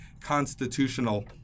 constitutional